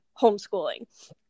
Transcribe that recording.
homeschooling